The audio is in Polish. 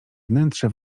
wnętrze